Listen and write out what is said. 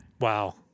Wow